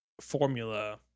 formula